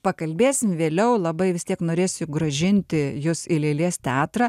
pakalbėsim vėliau labai vis tiek norėsiu grąžinti jus į lėlės teatrą